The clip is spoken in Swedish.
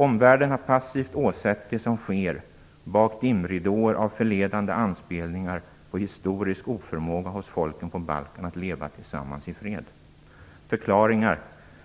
Omvärlden har passivt åsett det som sker bakom dimridåer av förledande anspelningar på historisk oförmåga hos folken på Balkan att leva tillsammans i fred. Det är förklaringar